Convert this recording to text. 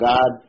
God